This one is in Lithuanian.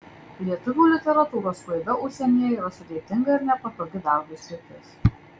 lietuvių literatūros sklaida užsienyje yra sudėtinga ir nepatogi darbui sritis